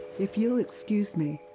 if you'll excuse me.